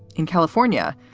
in california.